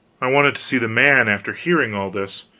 i wanted to see the man, after hearing all this.